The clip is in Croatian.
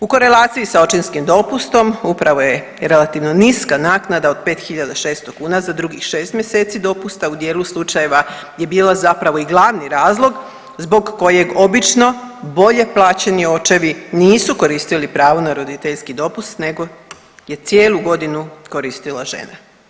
U korelaciji sa očinskim dopustom, upravo je relativno niska naknada od 5 600 kuna za drugih 6 mjeseci dopusta u dijelu slučajeva, gdje je bila zapravo i glavni razlog zbog kojeg obično bolje plaćeni očevi nisu koristili pravo na roditeljski dopust nego je cijelu godinu koristila žena.